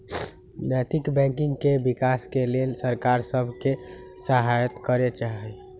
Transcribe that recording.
नैतिक बैंकिंग के विकास के लेल सरकार सभ के सहायत करे चाही